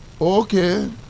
Okay